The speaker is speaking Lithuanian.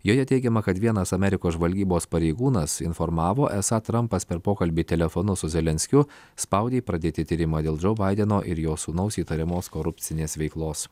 joje teigiama kad vienas amerikos žvalgybos pareigūnas informavo esą trumpas per pokalbį telefonu su zelenskiu spaudė pradėti tyrimą dėl džo baideno ir jo sūnaus įtariamos korupcinės veiklos